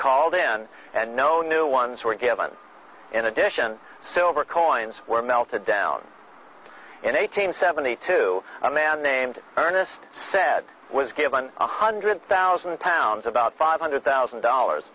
called then and no new ones were given in addition silver coins were melted down in eighteen seventy two a man named ernest said was given one hundred thousand pounds about five hundred thousand dollars